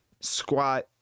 squat